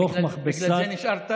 תוך מכבסת, בגלל זה נשארת?